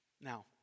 Now